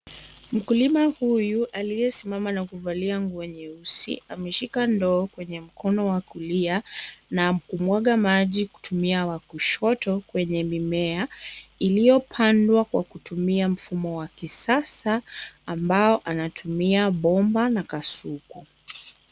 Mkulima huyu aliyesimama na kuvalia nguo nyeusi ameshika ndoo kwenye mkono wa kulia na kumwaga maji kutumia wa kushoto kwenye mimea iliyopandwa kwa kutumia mfumo wa kisasa ambao anatumia bomba na kasuku.